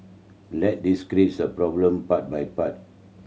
let's this problem part by part